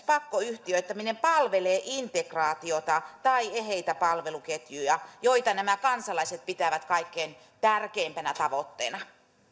pakkoyhtiöittäminen palvelee integraatiota tai eheitä palveluketjuja joita nämä kansalaiset pitävät kaikkein tärkeimpinä tavoitteina